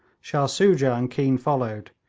shah soojah and keane followed,